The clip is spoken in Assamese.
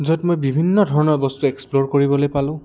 য'ত মই বিভিন্ন ধৰণৰ বস্তু এক্সপ্ল'ৰ কৰিবলৈ পালোঁ